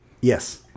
Yes